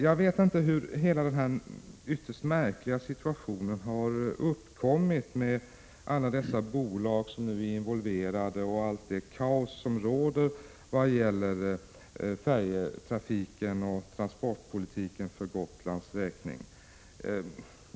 Jag vet inte hur denna ytterst märkliga situation har uppkommit med alla dessa bolag som är involverade och hela det kaos som råder vad gäller färjetrafiken och transportpolitiken för Gotlands räkning.